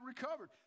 recovered